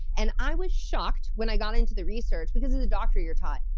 and i was shocked, when i got into the research, because as a doctor you're taught,